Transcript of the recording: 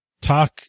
talk